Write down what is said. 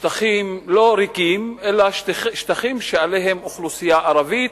שטחים לא ריקים אלא שטחים שעליהם אוכלוסייה ערבית,